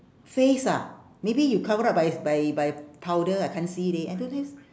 face ah maybe you cover up by by by powder I can't see leh otherwise